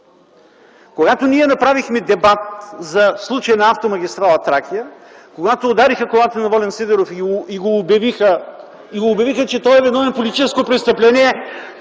Когато ние направихме дебат за случая на автомагистрала „Тракия”, когато удариха колата на Волен Сидеров и го обявиха, че той е виновен в политическо престъпление,